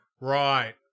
Right